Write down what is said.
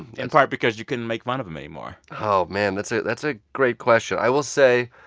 in part because you couldn't make fun of them anymore? oh, man, that's so that's a great question. i will say,